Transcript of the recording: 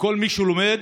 וכל מי שלומד,